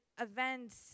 events